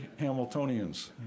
Hamiltonians